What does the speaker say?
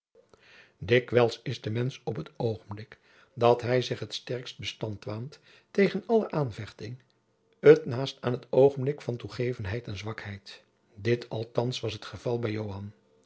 dikwijls is de mensch op het oogenblik dat hij zich het sterkst bestand waant tegen alle aanvechting het naast aan het oogenblik van toegevenheid en zwakheid dit althands was het geval bij